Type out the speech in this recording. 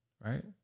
Right